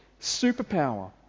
superpower